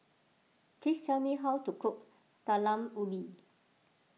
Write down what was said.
please tell me how to cook Talam Ubi